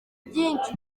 byinshi